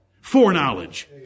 Foreknowledge